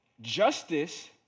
justice